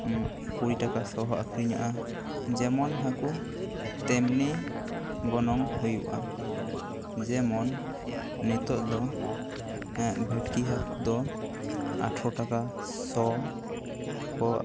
ᱠᱩᱲᱤ ᱠᱟᱴᱟ ᱥᱚ ᱦᱚᱸ ᱟᱹᱠᱷᱟᱨᱤᱧᱚᱜᱼᱟ ᱡᱮᱢᱚᱱ ᱦᱟᱹᱠᱩ ᱛᱮᱢᱱᱤ ᱜᱚᱱᱚᱝ ᱦᱩᱭᱩᱜᱼᱟ ᱡᱮᱢᱚᱱ ᱱᱤᱛᱚᱜ ᱫᱚ ᱵᱷᱮᱴᱠᱤ ᱦᱟᱹᱠᱩ ᱫᱚ ᱟᱴᱷᱟᱨᱚ ᱴᱟᱠᱟ ᱥᱚ ᱠᱚ